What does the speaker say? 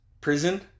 prison